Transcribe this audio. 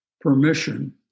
permission